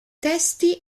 testi